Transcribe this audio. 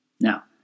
Now